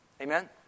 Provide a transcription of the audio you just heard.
Amen